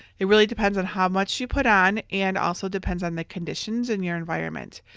it really depends on how much you put on and also depends on the conditions and your environment.